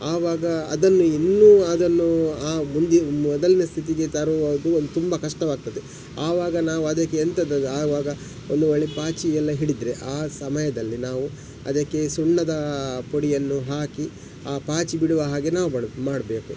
ಆವಾಗ ಅದನ್ನು ಇನ್ನೂ ಅದನ್ನು ಆ ಮುಂದಿ ಮೊದಲಿನ ಸ್ಥಿತಿಗೆ ತರುವುದು ಒಂದು ತುಂಬ ಕಷ್ಟವಾಗ್ತದೆ ಆವಾಗ ನಾವು ಅದಕ್ಕೆ ಎಂಥದು ಆವಾಗ ಒಂದು ವೇಳೆ ಪಾಚಿ ಎಲ್ಲ ಹಿಡಿದರೆ ಆ ಸಮಯದಲ್ಲಿ ನಾವು ಅದಕ್ಕೆ ಸುಣ್ಣದ ಪುಡಿಯನ್ನು ಹಾಕಿ ಆ ಪಾಚಿ ಬಿಡುವ ಹಾಗೆ ನಾವು ಮಾಡ ಮಾಡಬೇಕು